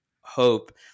hope